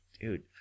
Dude